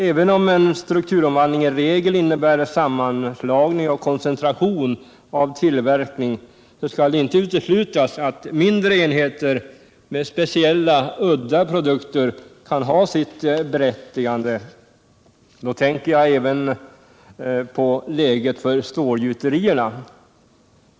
Även om en strukturomvandling i regel innebär sammanslagning och koncentration av tillverkning, skall det inte uteslutas att mindre enheter med speciella, udda produkter kan ha sitt berättigande; då tänker jag även på läget för stålgjuterierna.